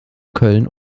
köln